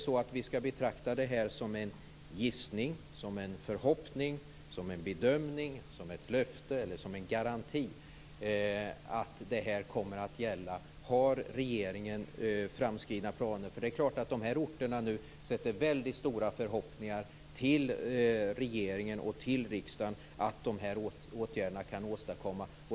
Ska vi betrakta det som en gissning, som en förhoppning, som en bedömning, som ett löfte eller som en garanti att detta kommer att gälla? Har regeringen framskridna planer? De här orterna har naturligtvis väldigt stora förhoppningar på regeringen och riksdagen att de här åtgärderna kan åstadkommas.